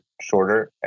shorter